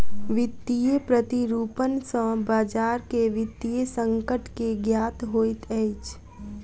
वित्तीय प्रतिरूपण सॅ बजार के वित्तीय संकट के ज्ञात होइत अछि